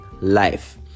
life